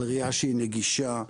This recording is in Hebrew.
על ראייה שהיא נגישה,